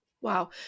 wow